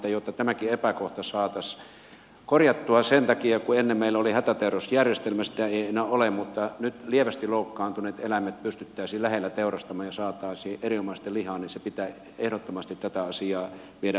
jotta tämäkin epäkohta saataisiin korjattua sen takia kun ennen meillä oli hätäteurastusjärjestelmä ja sitä ei enää ole ja jotta nyt lievästi loukkaantuneet eläimet pystyttäisiin lähellä teurastamaan ja saataisiin erinomaista lihaa niin pitää ehdottomasti tätä asiaa viedä eteenpäin